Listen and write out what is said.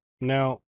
Now